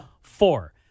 Four